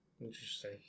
interesting